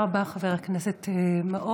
תודה רבה, חבר הכנסת מעוז.